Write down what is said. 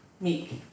meek